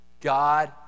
God